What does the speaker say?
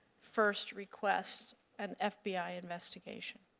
first request and fbi investigation?